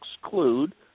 exclude